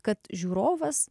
kad žiūrovas